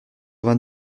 vingt